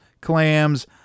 clams